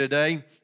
today